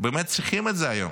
צריכים את זה היום.